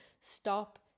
stop